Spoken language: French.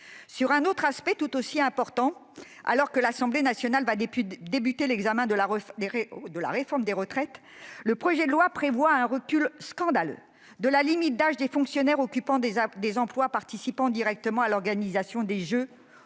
de ce texte, tout aussi important. Alors que l'Assemblée nationale s'apprête à entamer l'examen de la réforme des retraites, le présent projet de loi prévoit un recul scandaleux de la limite d'âge des fonctionnaires occupant des emplois participant directement à l'organisation des Jeux, « au nom